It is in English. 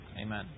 Amen